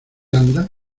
anda